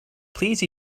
please